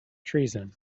treason